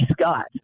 Scott